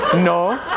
no.